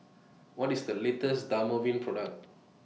What IS The latest Dermaveen Product